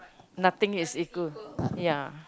nothing is equal ya